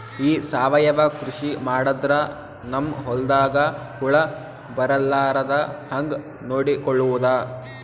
ಈ ಸಾವಯವ ಕೃಷಿ ಮಾಡದ್ರ ನಮ್ ಹೊಲ್ದಾಗ ಹುಳ ಬರಲಾರದ ಹಂಗ್ ನೋಡಿಕೊಳ್ಳುವುದ?